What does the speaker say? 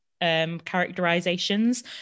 Characterizations